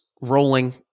rolling